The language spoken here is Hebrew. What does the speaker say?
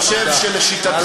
אני חושב שלשיטתך,